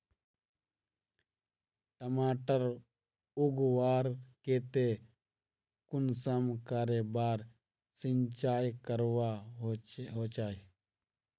टमाटर उगवार केते कुंसम करे बार सिंचाई करवा होचए?